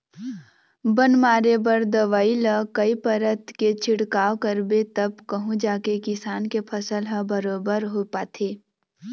बन मारे बर दवई ल कई परत के छिड़काव करबे तब कहूँ जाके किसान के फसल ह बरोबर हो पाथे